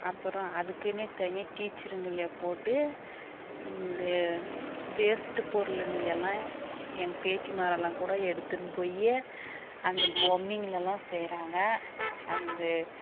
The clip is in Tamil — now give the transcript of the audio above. அப்றம் அதுக்குனே தனியாக டீச்சர்ங்களை போட்டு இந்த வேஸ்ட் பொருளுங்களை எல்லாம் என் பேத்திமாரெல்லாம் கூட எடுத்துன்னு போய் அந்த பொம்மைங்களெல்லாம் செய்கிறாங்க அந்த